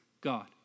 God